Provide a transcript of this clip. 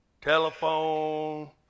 Telephone